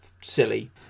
silly